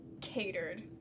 catered